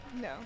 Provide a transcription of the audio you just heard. No